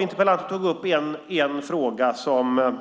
Interpellanten tog upp en fråga som